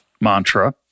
mantra